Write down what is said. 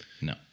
No